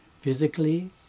physically